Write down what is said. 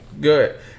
Good